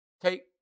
take